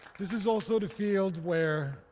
this is also the field where,